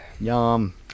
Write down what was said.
Yum